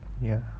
ya